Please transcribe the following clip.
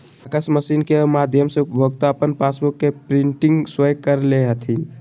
kiosk machine के माध्यम से उपभोक्ता अपन पासबुक के प्रिंटिंग स्वयं कर ले हथिन